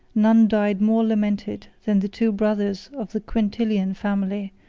none died more lamented than the two brothers of the quintilian family,